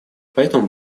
поэтому